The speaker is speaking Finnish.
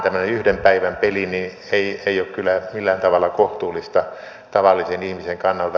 tämmöinen yhden päivän peli ei ole kyllä millään tavalla kohtuullista tavallisen ihmisen kannalta